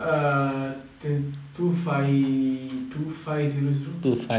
err two five zero zero